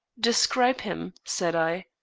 describe him, said i.